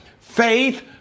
faith